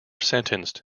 sentenced